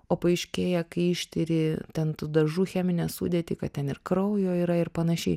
o paaiškėja kai ištiri ten tų dažų cheminę sudėtį kad ten ir kraujo yra ir panašiai